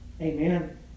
Amen